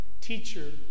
teacher